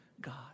God